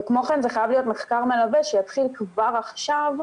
וכמו כן זה חייב להיות מחקר מלווה שיתחיל כבר עכשיו,